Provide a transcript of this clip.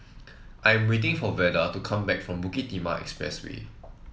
I am waiting for Veda to come back from Bukit Timah Expressway